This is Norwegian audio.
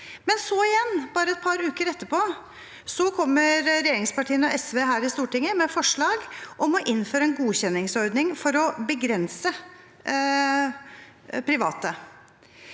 men bare et par uker etterpå kommer regjeringspartiene og SV her i Stortinget med forslag om å innføre en godkjenningsordning for å begrense private.